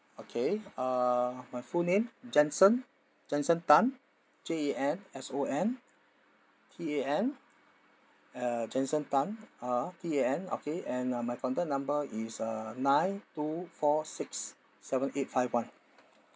okay uh my full name jenson jenson tan J E N S O N T A N uh jenson tan uh T A N okay and my contact number is uh nine two four six seven eight five one